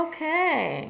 Okay